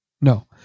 no